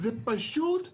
זה פשוט מחדל.